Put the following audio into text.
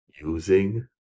using